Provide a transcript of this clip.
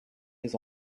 les